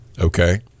okay